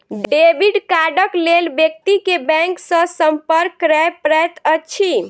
debit कार्डक लेल व्यक्ति के बैंक सॅ संपर्क करय पड़ैत अछि